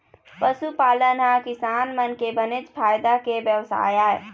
पशुपालन ह किसान मन के बनेच फायदा के बेवसाय आय